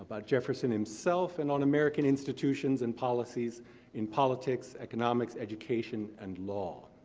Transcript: but jefferson himself, and on american institutions and policies in politics, economics, education, and law.